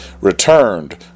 returned